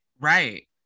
right